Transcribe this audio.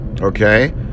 Okay